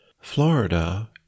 Florida